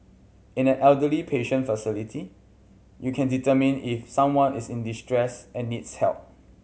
in an elderly patient facility you can determine if someone is in distress and needs help